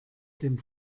dem